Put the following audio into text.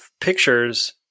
pictures